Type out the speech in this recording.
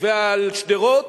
ועל שדרות,